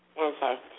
Okay